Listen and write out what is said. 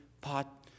pot